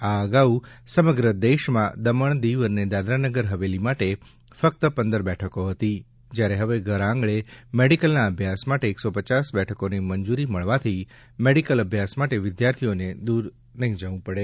આ અગાઉ સમગ્ર દેશમાં દમણ દીવ અને દાદરાનગર હવેલી માટે ફકત પંદર બેઠકો હતી જયારે હવે ઘર આંગણે મેડીકલના અભ્યાસ માટે એકસો પચાસ બેઠકોની મંજૂરી મળવાથી મેડીકલ અભ્યાસ માટે વિદ્યાર્થીઓએ દૂર જવું નહીં પડે